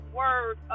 word